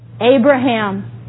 Abraham